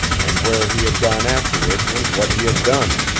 and where he had gone afterward and what he had done.